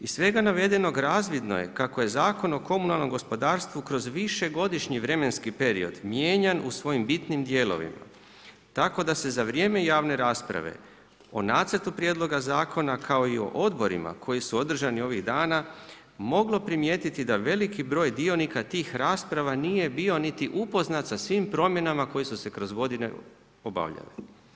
Iz svega navedenog razvidno je kako je Zakon o komunalnom gospodarstvu kroz višegodišnji vremenski period mijenjan u svojim bitnim dijelovima, tako da se za vrijeme javne rasprave o Nacrtu prijedloga zakona kao i o odborima koji su održani ovih dana moglo primijetiti da veliki broj dionika tih rasprava nije bio niti upoznat sa svim promjenama koje su se kroz godine obavljali.